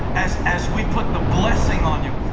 as as we put the blessing on you,